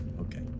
Okay